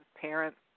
parents